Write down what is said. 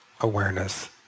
awareness